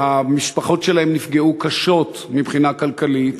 שהמשפחות שלהם נפגעו קשות מבחינה כלכלית.